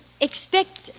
expect